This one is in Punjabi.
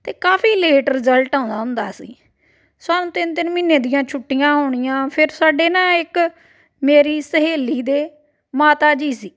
ਅਤੇ ਕਾਫੀ ਲੇਟ ਰਿਜਲਟ ਆਉਂਦਾ ਹੁੰਦਾ ਸੀ ਸਾਨੂੰ ਤਿੰਨ ਤਿੰਨ ਮਹੀਨੇ ਦੀਆਂ ਛੁੱਟੀਆਂ ਹੋਣੀਆਂ ਫਿਰ ਸਾਡੇ ਨਾ ਇੱਕ ਮੇਰੀ ਸਹੇਲੀ ਦੇ ਮਾਤਾ ਜੀ ਸੀ